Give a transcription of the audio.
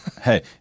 Hey